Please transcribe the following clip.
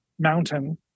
Mountain